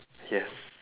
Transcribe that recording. yes